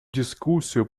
дискуссию